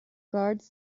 guards